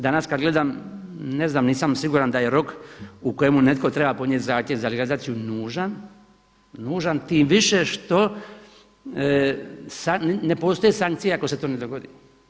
Danas kad gledam, ne znam, nisam siguran da je rok u kojemu netko treba podnijeti zahtjev za legalizaciju nužan tim više što ne postoje sankcije ako se to ne dogodi.